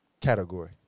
category